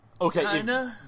Okay